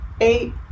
eight